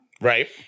Right